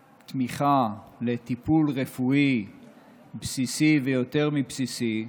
לתמיכה, לטיפול רפואי בסיסי, ויותר מבסיסי,